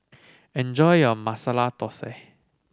enjoy your Masala Thosai